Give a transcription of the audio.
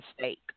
mistake